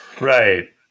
right